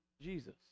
Jesus